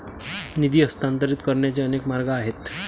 निधी हस्तांतरित करण्याचे अनेक मार्ग आहेत